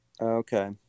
Okay